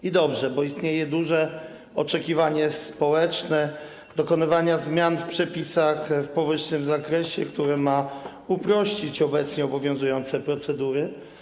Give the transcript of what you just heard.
I dobrze, bo istnieje duże oczekiwanie społeczne dotyczące dokonywania zmian w przepisach w powyższym zakresie, które ma uprościć obecnie obowiązujące procedury.